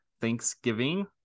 Thanksgiving